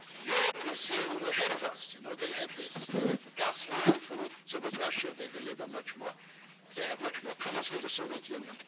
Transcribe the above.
europe is a and little ahead of us. you know they have the the gas line from soviet russia. they they live a much more they have much more commerce with the soviet union,